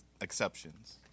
exceptions